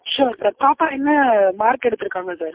sure sir பாப்பா என்ன mark எடுத்துருக்காங்க சார்